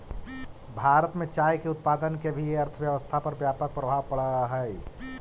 भारत में चाय के उत्पादन के भी अर्थव्यवस्था पर व्यापक प्रभाव पड़ऽ हइ